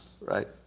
right